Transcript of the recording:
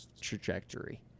trajectory